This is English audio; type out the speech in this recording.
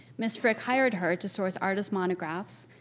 miss frick hired her to source artists' monographs,